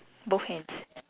both hands